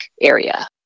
area